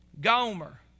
Gomer